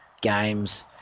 games